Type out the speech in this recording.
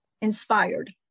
inspired